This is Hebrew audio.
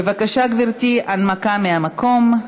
בבקשה, גברתי, הנמקה מהמקום.